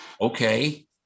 okay